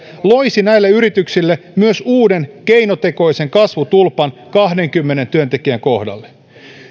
loisi näille yrityksille myös uuden keinotekoisen kasvutulpan kahdenkymmenen työntekijän kohdalle